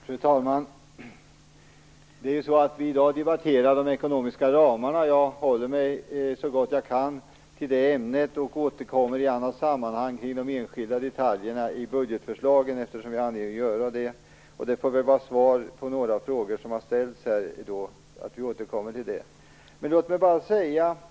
Fru talman! I dag debatterar vi de ekonomiska ramarna. Jag håller mig så gott jag kan till det ämnet och återkommer i annat sammanhang till de enskilda detaljerna i budgetförslaget, eftersom jag har anledning att göra det. Det får vara svar på några av de frågor som här har ställts. Vi återkommer till dem.